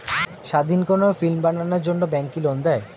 স্বাধীন কোনো ফিল্ম বানানোর জন্য ব্যাঙ্ক কি লোন দেয়?